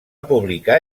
publicar